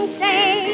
say